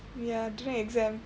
ya during exam